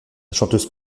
chanteuse